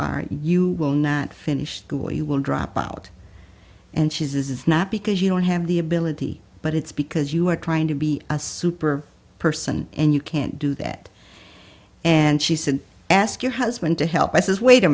are you will not finish school you will drop out and she says not because you don't have the ability but it's because you are trying to be a super person and you can't do that and she said ask your husband to help i says wait a